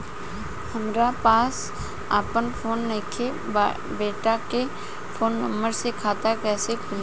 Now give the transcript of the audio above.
हमरा पास आपन फोन नईखे बेटा के फोन नंबर से खाता कइसे खुली?